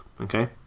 okay